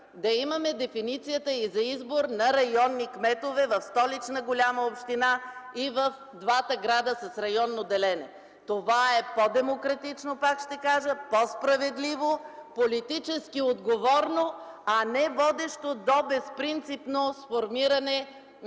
да имаме дефиницията и за избор на районни кметове в Столична голяма община и в двата града с районно деление. Това е по-демократично, пак ще кажа, по-справедливо, политически отговорно, а не водещо до безпринципно сформиране на